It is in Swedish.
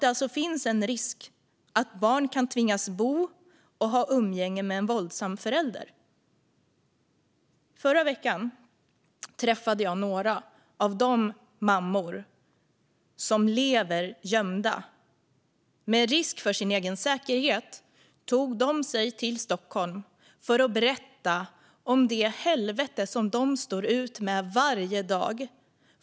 Det finns alltså en risk att barn kan tvingas bo och ha umgänge med en våldsam förälder. I förra veckan träffade jag några av de mammor som lever gömda. Med risk för sin egen säkerhet tog de sig till Stockholm för att berätta om det helvete som de står ut med varje dag.